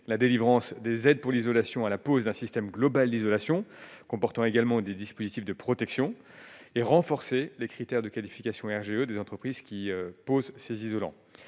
la délivrance des aides pour l'isolation à la pose d'un système global d'isolation comportant également des dispositifs de protection est renforcé les critères de qualification RGE des entreprises qui pose ces isolant,